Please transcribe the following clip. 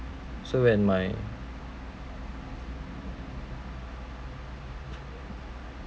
so when my